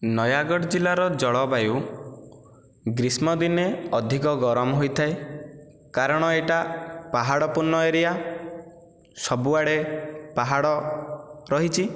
ନୟାଗଡ଼ ଜିଲ୍ଲାର ଜଳବାୟୁ ଗ୍ରୀଷ୍ମ ଦିନେ ଅଧିକ ଗରମ ହୋଇଥାଏ କାରଣ ଏଇଟା ପାହାଡ଼ ପୂର୍ଣ୍ଣ ଏରିଆ ସବୁଆଡ଼େ ପାହାଡ଼ ରହିଛି